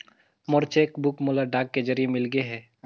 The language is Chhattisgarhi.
मोर चेक बुक मोला डाक के जरिए मिलगे हे